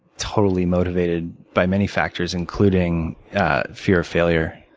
totally motivated by many factors, including fear of failure.